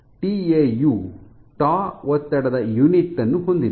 ಟಿಎಯು ಒತ್ತಡದ ಯೂನಿಟ್ ನ್ನು ಹೊಂದಿದೆ